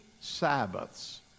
Sabbaths